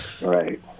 Right